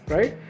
Right